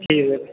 ठीक ऐ सर